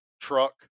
truck